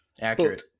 Accurate